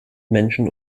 menschen